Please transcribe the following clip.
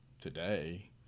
today